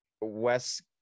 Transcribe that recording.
West